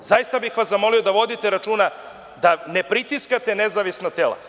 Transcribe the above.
Zaista bih vas zamolio da vodite računa da ne pritiskate nezavisna tela.